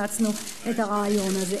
אימצנו את הרעיון הזה.